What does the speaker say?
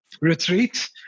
retreat